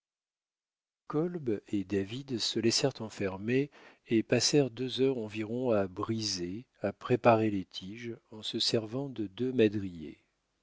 et david se laissèrent enfermer et passèrent deux heures environ à briser à préparer les tiges en se servant de deux madriers